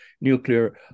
nuclear